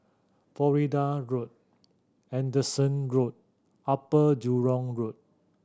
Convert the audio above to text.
Florida Road Anderson Road Upper Jurong Road